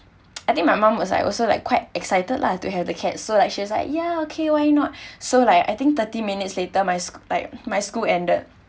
I think my mom was like also like quite excited lah to have the cat so like she was ya okay why not so like I think thirty minutes later my like my school ended